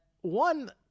one